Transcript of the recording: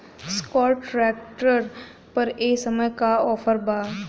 Escort tractor पर ए समय का ऑफ़र बा?